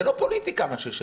זה לא פוליטיקה מה ששאלתי,